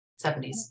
70s